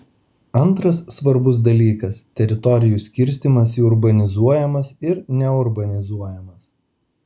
antras svarbus dalykas teritorijų skirstymas į urbanizuojamas ir neurbanizuojamas